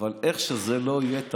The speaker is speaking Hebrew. אבל איך שזה לא יהיה,